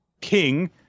King